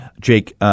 Jake –